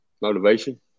motivation